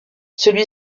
celui